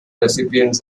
recipients